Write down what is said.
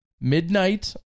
midnight